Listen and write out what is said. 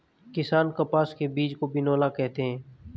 किसान कपास के बीज को बिनौला कहते है